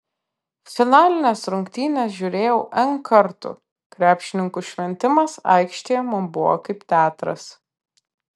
finalines rungtynes žiūrėjau n kartų krepšininkų šventimas aikštėje man buvo kaip teatras